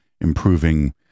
improving